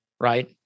Right